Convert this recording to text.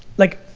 like,